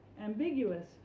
ambiguous